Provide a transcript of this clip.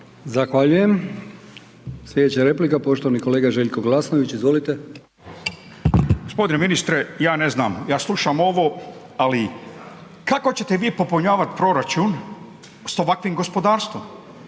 Zahvaljujem. Sljedeća replika, poštovani kolega Željko Glasnović. Izvolite.